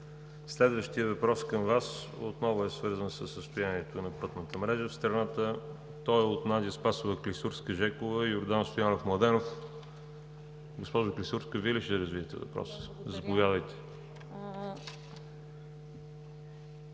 Следващият въпрос към Вас отново е свързан със състоянието на пътната мрежа в страната. Той е от Надя Спасова Клисурска – Жекова и Йордан Стоянов Младенов. Госпожо Клисурска, Вие ли ще развиете въпроса? Заповядайте.